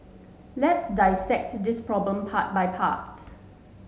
let's dissect this problem part by part